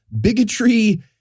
bigotry